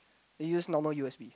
I use normal U_S_B